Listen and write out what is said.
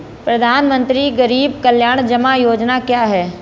प्रधानमंत्री गरीब कल्याण जमा योजना क्या है?